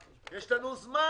יש לנו זמן